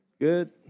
Good